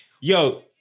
Yo